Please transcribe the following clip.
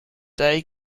day